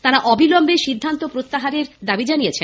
তারা অবিলম্বে সিদ্ধান্ত প্রত্যাহারের দাবি জানিয়েছেন